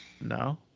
No